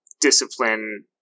discipline